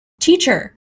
teacher